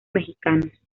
mexicanos